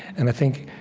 and i think